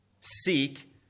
Seek